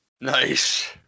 Nice